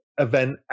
event